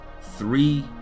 three